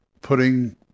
putting